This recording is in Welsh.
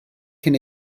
cyn